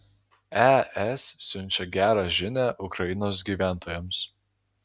es siunčia gerą žinią ukrainos gyventojams